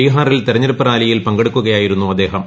ബീഹാറിൽ തെരഞ്ഞെടുപ്പ് റാലിയിൽ പങ്കെടുക്കുകയായിരുന്നു അദ്ദേഹം